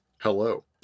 hello